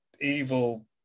evil